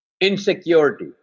insecurity